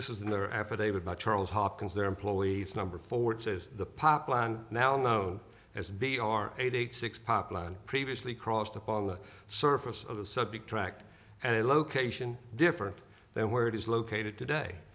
this is another affidavit not charles hopkins their employee number forward says the pop land now known as b r eight eight six pop line previously crossed upon the surface of the subject tracked and the location different than where it is located today